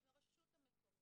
עם הרשות המקומית,